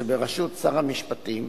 שבראשות שר המשפטים,